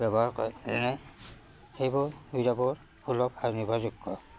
ব্যৱহাৰ কৰে যেনে সেইবোৰ সুবিধাবোৰ সুলভ আৰু নিৰ্ভৰযোগ্য